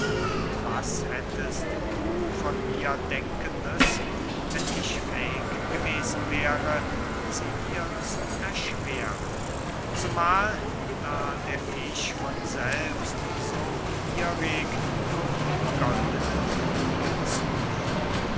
und was hättest du von mir denken müssen wenn ich fähig gewesen wäre sie ihr zu erschweren zumahl da der fisch von selbst so gierig auf die goldne fliege zufuhr